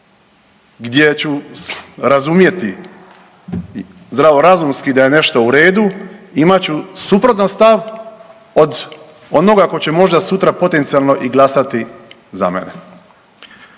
gdje ću razumjeti zdravorazumski da je nešto u redu imat ću suprotan stav od onoga tko će možda sutra potencionalno i glasati za mene.